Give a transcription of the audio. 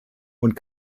und